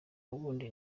wundi